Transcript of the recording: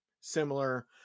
similar